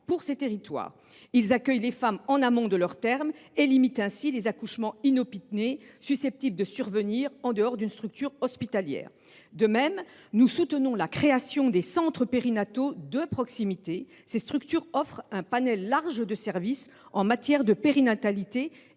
de ces territoires. Ils accueillent les femmes en amont de leur terme et limitent ainsi les accouchements inopinés susceptibles de survenir en dehors d’une structure hospitalière. De même, nous soutenons la création des centres périnataux de proximité. Ces structures offrent un panel large de services en matière de périnatalité